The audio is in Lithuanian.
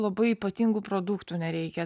labai ypatingų produktų nereikia